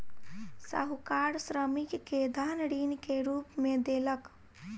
साहूकार श्रमिक के धन ऋण के रूप में देलक